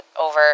over